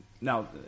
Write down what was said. now